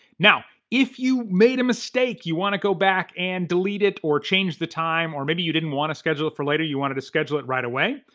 now, if you made a mistake, you wanna go back and delete it or change the time, or maybe you didn't want to schedule it for later, you wanted to schedule it right away.